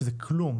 שזה כלום,